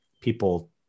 people